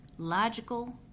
Logical